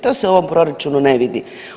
To se u ovom proračunu ne vidi.